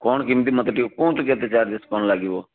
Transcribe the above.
କ'ଣ କେମିତି ମୋତେ ଟିକିଏ କୁହନ୍ତୁ କେତେ ଚାର୍ଜେସ୍ କ'ଣ ଲାଗିବ